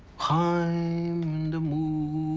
chaim in the mood